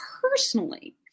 personally